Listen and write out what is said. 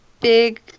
big